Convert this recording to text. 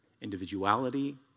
individuality